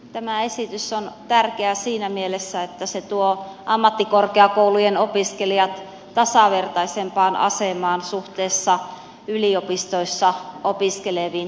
tämä esitys on tärkeä siinä mielessä että se tuo ammattikorkeakoulujen opiskelijat tasavertaisempaan asemaan suhteessa yliopistoissa opiskeleviin